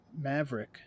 Maverick